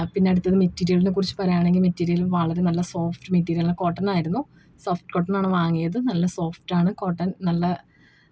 പിന്നെ അടുത്തത് മെറ്റീരിയലിനെ കുറിച്ച് പറയാണെങ്കിൽ മെറ്റീരിയൽ വളരെ നല്ല സോഫ്റ്റ് മെറ്റീരിയലെ കോട്ടണായിരുന്നു സോഫ്റ്റ് കോട്ടനാണ് വാങ്ങിയത് നല്ല സോഫ്റ്റാണ് കോട്ടൺ നല്ല